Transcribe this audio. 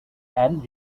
and